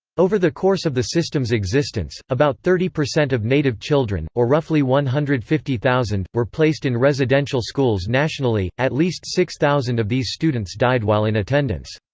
over the course of the system's existence, about thirty percent of native children, or roughly one hundred and fifty thousand, were placed in residential schools nationally at least six thousand of these students died while in attendance.